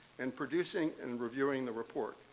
and producing and reviewing the report,